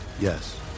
Yes